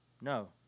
No